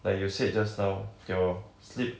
like you said just now your sleep